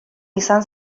izan